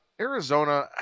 Arizona